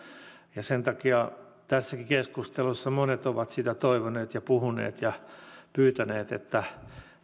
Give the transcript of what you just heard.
ja sen takia tässäkin keskustelussa monet ovat toivoneet ja puhuneet ja pyytäneet sitä että